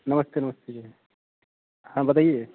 नमस्ते नमस्ते जी हाँ बताइए